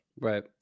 Right